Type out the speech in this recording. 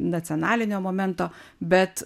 nacionalinio momento bet